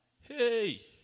Hey